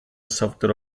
software